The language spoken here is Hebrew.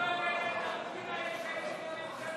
למה לא הבאתם את החוקים האלה כשהייתם בממשלה?